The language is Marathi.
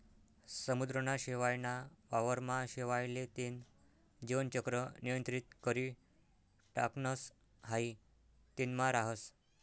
समुद्रना शेवाळ ना वावर मा शेवाळ ले तेन जीवन चक्र नियंत्रित करी टाकणस हाई तेनमा राहस